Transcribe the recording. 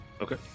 Okay